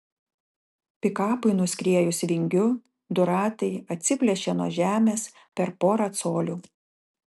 pikapui nuskriejus vingiu du ratai atsiplėšė nuo žemės per porą colių